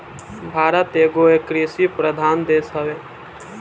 भारत एगो कृषि प्रधान देश हवे